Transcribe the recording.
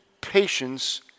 patience